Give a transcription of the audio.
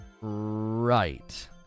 Right